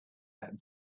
that